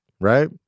Right